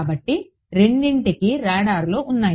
కాబట్టి రెండింటికీ రాడార్లు ఉన్నాయి